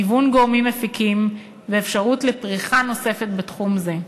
גיוון גורמים מפיקים ואפשרות לפריחה נוספת בתחום זה.